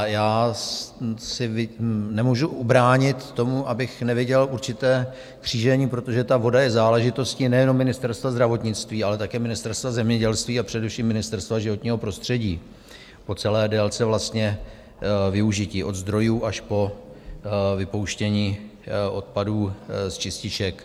Já se nemůžu ubránit tomu, abych neviděl určité křížení, protože ta voda je záležitostí nejenom Ministerstva zdravotnictví, ale také Ministerstva zemědělství, a především Ministerstva životního prostředí, vlastně po celé délce využití od zdrojů až po vypouštění odpadů z čističek.